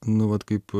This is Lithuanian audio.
nu vat kaip